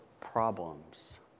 problems